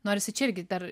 norisi čia irgi dar